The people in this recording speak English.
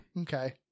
Okay